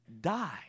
die